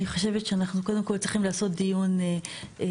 אני חושבת שאנחנו קודם כל צריכים לעשות דיון בהנהלת